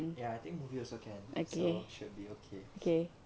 ya I think movie also can so should be okay